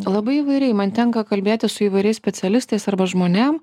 labai įvairiai man tenka kalbėtis su įvairiais specialistais arba žmonėm